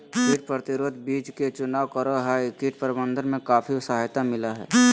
कीट प्रतिरोधी बीज के चुनाव करो हइ, कीट प्रबंधन में काफी सहायता मिलैय हइ